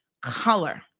color